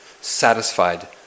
satisfied